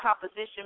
composition